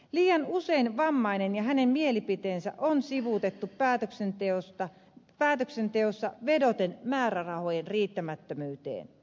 liian usein vammainen ja hänen mielipiteensä on sivuutettu päätöksenteossa vedoten määrärahojen riittämättömyyteen